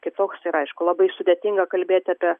kitoks ir aišku labai sudėtinga kalbėti apie